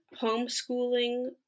homeschooling